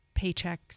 paychecks